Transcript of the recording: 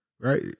Right